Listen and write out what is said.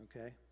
okay